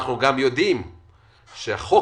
אנחנו גם יודעים שהחוק